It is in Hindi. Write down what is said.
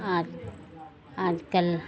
आज आज कल